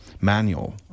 manual